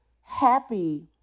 happy